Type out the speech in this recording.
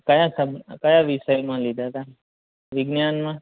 કયા સબ કયા વિષયમાં લીધા હતા વિજ્ઞાનમાં